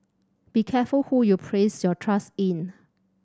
be careful who you place your trust in